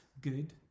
good